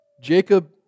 Jacob